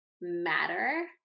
matter